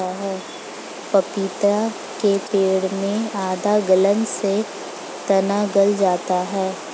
पपीते के पेड़ में आद्र गलन से तना गल जाता है